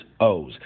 O's